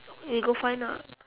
you go find ah